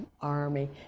army